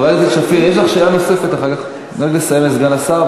אדוני סגן השר,